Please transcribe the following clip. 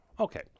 Okay